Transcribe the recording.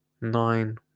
Nine